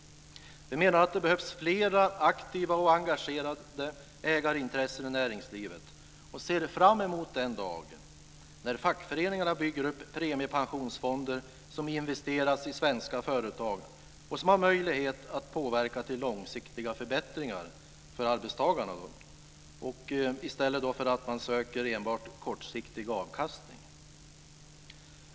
Vi menar att det behövs flera aktiva och engagerade ägarintressen i näringslivet och ser fram emot den dag när fackföreningarna bygger upp premiepensionsfonder som investeras i svenska företag och som har möjlighet att påverka till långsiktiga förbättringar för arbetstagarna i stället för att främst söka kortsiktig avkastning.